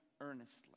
earnestly